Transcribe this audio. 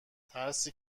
ترسی